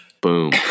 Boom